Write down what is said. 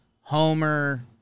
Homer